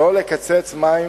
לא לקצץ מים